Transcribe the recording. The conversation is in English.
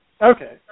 Okay